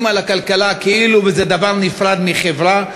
על הכלכלה כאילו זה דבר נפרד מחברה,